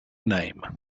name